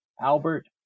albert